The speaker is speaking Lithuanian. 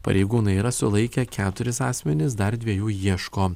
pareigūnai yra sulaikę keturis asmenis dar dviejų ieško